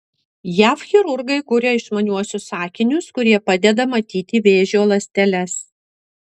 jav chirurgai kuria išmaniuosius akinius kurie padeda matyti vėžio ląsteles